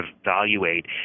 evaluate